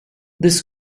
this